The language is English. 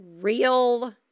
real